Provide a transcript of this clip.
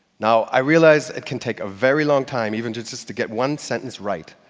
now, i realize it can take a very long time even just just to get one sentence right.